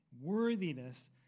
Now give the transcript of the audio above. worthiness